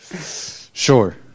Sure